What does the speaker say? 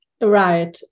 Right